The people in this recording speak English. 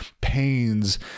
pains